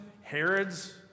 Herod's